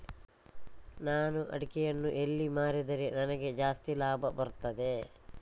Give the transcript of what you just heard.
ನಾನು ಅಡಿಕೆಯನ್ನು ಎಲ್ಲಿ ಮಾರಿದರೆ ನನಗೆ ಜಾಸ್ತಿ ಲಾಭ ಬರುತ್ತದೆ?